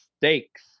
stakes